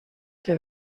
que